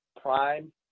prime